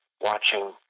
watching